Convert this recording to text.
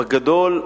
בגדול,